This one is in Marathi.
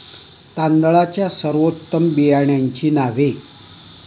तांदळाच्या सर्वोत्तम बियाण्यांची नावे?